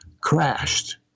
crashed